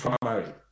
primary